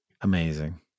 Amazing